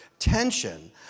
tension